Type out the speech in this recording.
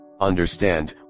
understand